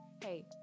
hey